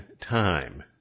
time